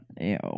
Ew